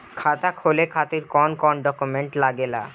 खाता खोले खातिर कौन कौन डॉक्यूमेंट लागेला?